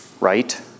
right